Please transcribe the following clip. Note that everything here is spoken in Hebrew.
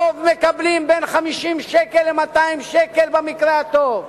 הרוב מקבלים בין 50 שקל ל-200 שקל במקרה הטוב.